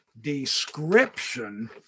description